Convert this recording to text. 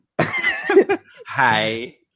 Hi